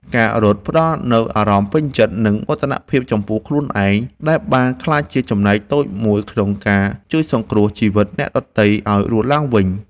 ការរត់ផ្ដល់នូវអារម្មណ៍ពេញចិត្ត និងមោទនភាពចំពោះខ្លួនឯង ដែលបានក្លាយជាចំណែកតូចមួយក្នុងការជួយសង្គ្រោះជីវិតអ្នកដទៃឱ្យរស់ឡើងវិញ។